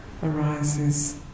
arises